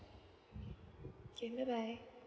K bye bye